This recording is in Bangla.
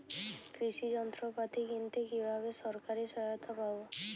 কৃষি যন্ত্রপাতি কিনতে কিভাবে সরকারী সহায়তা পাব?